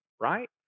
Right